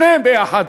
שניהם ביחד,